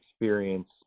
experience